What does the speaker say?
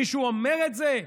מישהו אומר את זה?